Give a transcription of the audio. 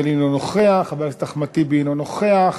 חבר הכנסת חיים ילין, אינו נוכח.